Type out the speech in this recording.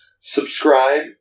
subscribe